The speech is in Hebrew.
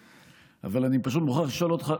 אבל אני פשוט מוכרח לשאול אותך,